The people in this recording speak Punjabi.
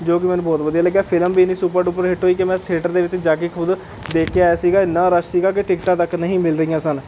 ਜੋ ਕਿ ਮੈਨੂੰ ਬਹੁਤ ਵਧੀਆ ਲੱਗਿਆ ਫਿਲਮ ਵੀ ਇੰਨੀ ਸੁਪਰ ਡੁਪਰ ਹਿੱਟ ਹੋਈ ਕਿ ਮੈਂ ਥਿਏਟਰ ਦੇ ਵਿੱਚ ਜਾ ਕੇ ਖ਼ੁਦ ਦੇਖ ਕੇ ਆਇਆ ਸੀ ਇੰਨਾ ਰਸ਼ ਸੀ ਕਿ ਟਿੱਕਟਾਂ ਤੱਕ ਨਹੀਂ ਮਿਲ ਰਹੀਆਂ ਸਨ